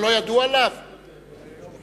על זה היא מדברת.